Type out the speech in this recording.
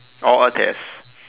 or a test